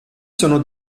sono